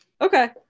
Okay